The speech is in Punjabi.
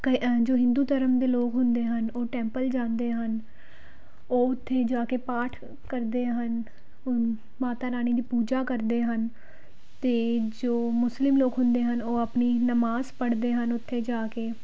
ਕ ਜੋ ਹਿੰਦੂ ਧਰਮ ਦੇ ਲੋਕ ਹੁੰਦੇ ਹਨ ਉਹ ਟੈਂਪਲ ਜਾਂਦੇ ਹਨ ਉਹ ਉੱਥੇ ਜਾ ਕੇ ਪਾਠ ਕਰਦੇ ਹਨ ਮਾਤਾ ਰਾਣੀ ਦੀ ਪੂਜਾ ਕਰਦੇ ਹਨ ਅਤੇ ਜੋ ਮੁਸਲਿਮ ਲੋਕ ਹੁੰਦੇ ਹਨ ਉਹ ਆਪਣੀ ਨਮਾਜ਼ ਪੜ੍ਹਦੇ ਹਨ ਉੱਥੇ ਜਾ ਕੇ